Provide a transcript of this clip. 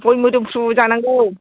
गय मोदोमफ्रु जानांगौ